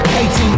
18